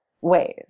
ways